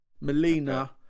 Melina